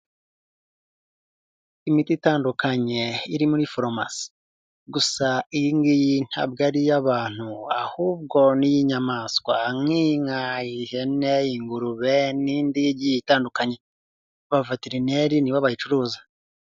Imiti itandukanye iri muri farumasi gusa iyi ngiyi ntabwo ari iy'abantu, ahubwo ni iy'inyamaswa nk'inka, ihene, ingurube n'indi itandukanye abaveterineri nibo bayicuruza.